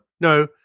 No